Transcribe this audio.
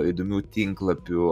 įdomių tinklapių